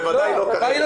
בוודאי לא כרגע,